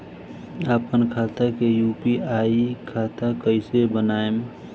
आपन खाता के यू.पी.आई खाता कईसे बनाएम?